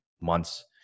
months